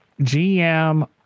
GM